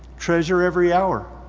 treasure every hour.